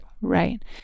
Right